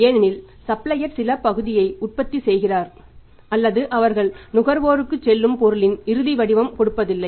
ஏனெனில் சப்ளையர் சில பகுதியை உற்பத்தி செய்கிறார் அல்லது அவர்கள் நுகர்வோருக்கு செல்லும் பொருளின் இறுதிவடிவம் கொடுப்பதில்லை